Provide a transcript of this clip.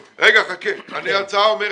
ההצעה שלי.